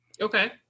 Okay